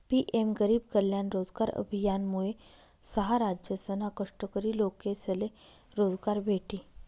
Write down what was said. PM गरीब कल्याण रोजगार अभियानमुये सहा राज्यसना कष्टकरी लोकेसले रोजगार भेटी